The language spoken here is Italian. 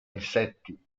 insetti